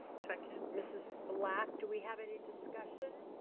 second. mrs. black, do we have any discussion?